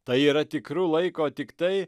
tai yra tikru laiko tik tai